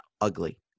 ugly